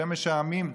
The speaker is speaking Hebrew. שמש העמים,